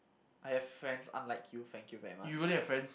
I have friends unlike you thank you very much